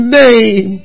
name